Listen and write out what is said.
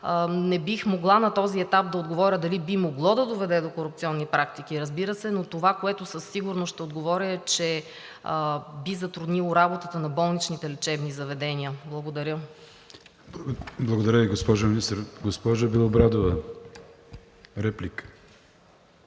не бих могла на този етап да отговоря дали би могло да доведе до корупционни практики, разбира се, но това, което със сигурност ще отговоря, е, че би затруднило работата на болничните лечебни заведения. Благодаря. ПРЕДСЕДАТЕЛ АТАНАС АТАНАСОВ: Благодаря Ви, госпожо Министър. Госпожо Белобрадова, реплика.